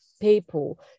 people